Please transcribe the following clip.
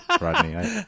Rodney